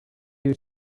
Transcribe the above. you